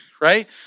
right